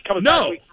no